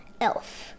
elf